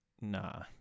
nah